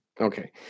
okay